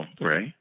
right